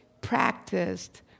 practiced